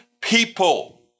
people